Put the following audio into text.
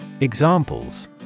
Examples